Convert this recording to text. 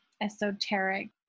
esoteric